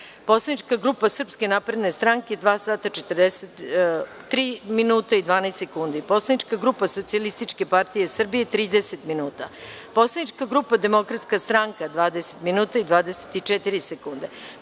Poslanička grupa Srpska napredna stranka – dva sata, 43 minuta i 12 sekundi; Poslanička grupa Socijalistička partija Srbije – 30 minuta; Poslanička grupa Demokratska stranka – 20 minuta i 24 sekunde;